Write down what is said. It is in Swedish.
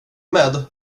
med